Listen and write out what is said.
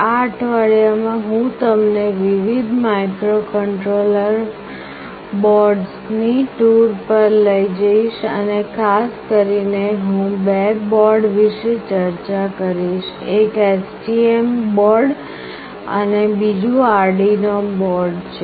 આ અઠવાડિયામાં હું તમને વિવિધ માઇક્રોકન્ટ્રોલર બોર્ડ્સની ટૂર પર લઈ જઈશ અને ખાસ કરીને હું બે બોર્ડ વિશે ચર્ચા કરીશ એક STM બોર્ડ અને બીજું આર્ડિનો બોર્ડ છે